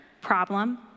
problem